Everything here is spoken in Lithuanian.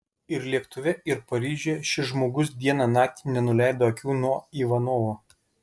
ir lėktuve ir paryžiuje šis žmogus dieną naktį nenuleido akių nuo ivanovo